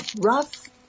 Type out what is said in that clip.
Rough